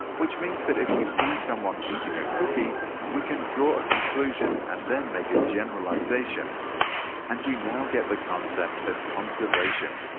which means that if we see someone eating a cookie we can draw a conclusion and then make a generalization and we now get the concept of conservation.